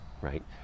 right